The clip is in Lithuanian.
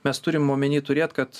mes turim omeny turėt kad